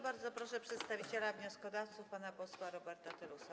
Bardzo proszę przedstawiciela wnioskodawców pana posła Roberta Telusa.